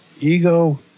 ego